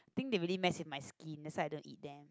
think they really mess with my skin that's why I don't eat them